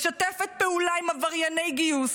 משתפת פעולה עם עברייני גיוס,